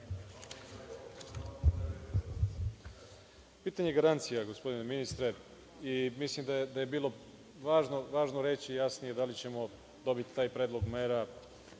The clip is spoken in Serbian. Pitanje garancija, gospodine ministre i mislim da je bilo važno reći, jasnije, da li ćemo dobiti taj predlog mera